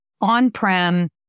on-prem